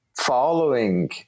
following